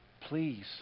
please